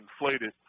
inflated